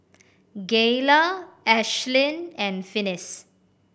Gayla Ashlynn and Finis